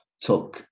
took